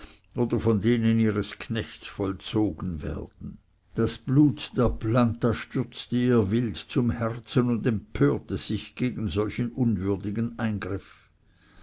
oder von denen ihres knechtes vollzogen werden das blut der planta stürzte ihr wild zum herzen und empörte sich gegen solch unwürdigen eingriff